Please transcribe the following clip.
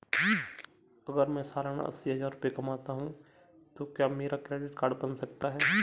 अगर मैं सालाना अस्सी हज़ार रुपये कमाता हूं तो क्या मेरा क्रेडिट कार्ड बन सकता है?